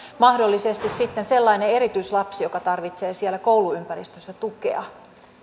mahdollisesti sitten sellainen erityislapsi joka tarvitsee siellä kouluympäristössä tukea